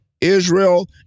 Israel